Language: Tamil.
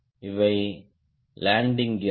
இவை லேண்டிங் கியர்கள்